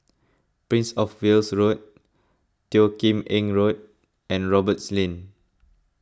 Prince of Wales Road Teo Kim Eng Road and Roberts Lane